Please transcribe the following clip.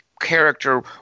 character